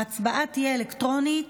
ההצבעה תהיה אלקטרונית.